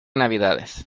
navidades